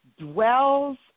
dwells